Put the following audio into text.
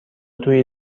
توی